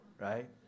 Right